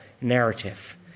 narrative